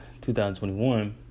2021